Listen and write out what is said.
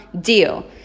deal